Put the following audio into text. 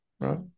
Right